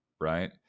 right